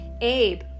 Abe